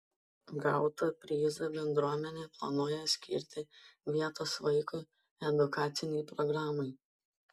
gautą prizą bendruomenė planuoja skirti vietos vaikų edukacinei programai